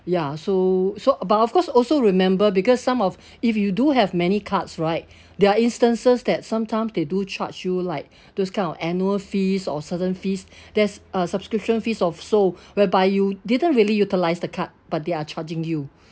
ya so so uh but of course also remember because some of if you do have many cards right there are instances that sometimes they do charge you like those kind of annual fees or certain fees there's uh subscription fees also whereby you didn't really utilise the card but they are charging you